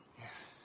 Yes